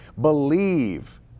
believe